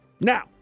Now